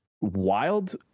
wild